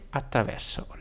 attraverso